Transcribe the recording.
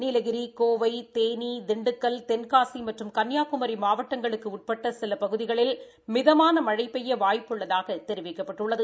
நீலகிரி கோவை தேனி திண்டுக்கல் தென்காசி மற்றும் கன்னியாகுமி மாவட்டங்களுக்கு உட்பட்ட சில பகுதிகளில் மிதமான மழை பெய்ய வாய்ப்பு உள்ளதாகத் தெரிவிக்கப்பட்டுள்ளது